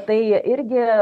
tai irgi